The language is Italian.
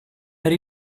per